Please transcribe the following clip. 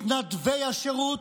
מתנדבי השירות,